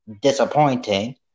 disappointing